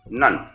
none